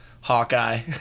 Hawkeye